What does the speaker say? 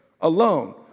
alone